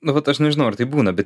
nu vat aš nežinau ar taip būna bet